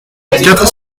quatre